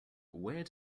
where